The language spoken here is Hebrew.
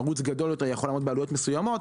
ערוץ גדול יותר יכול לעמוד בעלויות מסוימות.